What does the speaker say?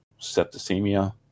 septicemia